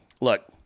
look